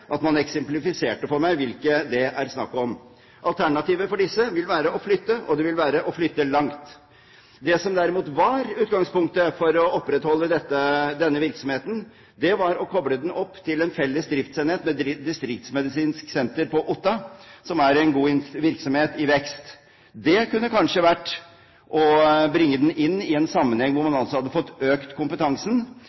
at man eksemplifiserer for meg hvilke det er snakk om. Alternativet for disse vil være å flytte, og det vil være å flytte langt. Det som derimot var utgangspunktet for å opprettholde denne virksomheten, var å koble den opp til en felles driftsenhet ved Distriktsmedisinsk senter på Otta, som er en god virksomhet i vekst. Det kunne kanskje vært en tanke å bringe den inn i den sammenheng, hvor man